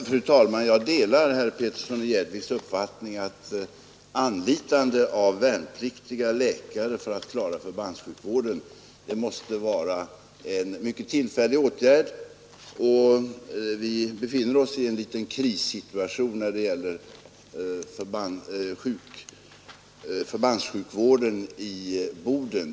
Fru talman! Jag delar herr Peterssons i Gäddvik uppfattning att anlitande av värnpliktiga läkare för att klara förbandssjukvården måste vara en mycket tillfällig åtgärd. Vi befinner oss i en liten kris när det gäller förbandssjukvården i Boden.